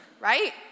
right